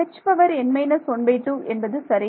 Hn−12 என்பது சரி